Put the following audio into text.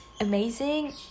amazing